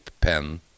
pen